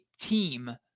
team